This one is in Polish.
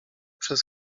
przez